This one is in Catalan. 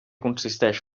consisteix